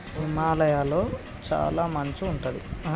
హిమాలయ లొ చాల మంచు ఉంటది